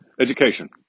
education